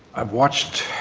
i have watched